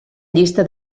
llista